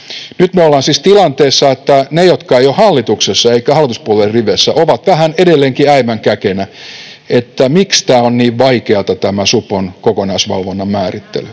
Nyt me olemme siis tilanteessa, että ne, jotka eivät ole hallituksessa eivätkä hallituspuolueiden riveissä, ovat vähän edelleenkin äimän käkenä, että miksi tämä supon kokonaisvalvonnan määrittely